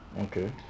Okay